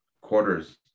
quarters